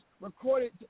recorded